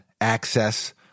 access